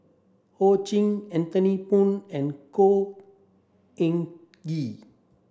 Ho Ching Anthony Poon and Khor Ean Ghee